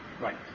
Right